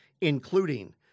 including